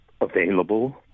available